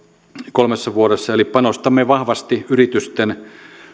kolmessa vuodessa eli panostamme vahvasti yritysten